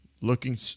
looking